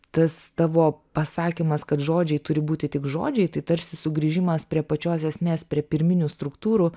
tas tavo pasakymas kad žodžiai turi būti tik žodžiai tai tarsi sugrįžimas prie pačios esmės prie pirminių struktūrų